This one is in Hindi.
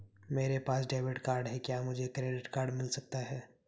मेरे पास डेबिट कार्ड है क्या मुझे क्रेडिट कार्ड भी मिल सकता है?